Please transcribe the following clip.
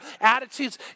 attitudes